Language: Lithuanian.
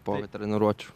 po treniruočių